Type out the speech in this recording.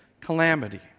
calamity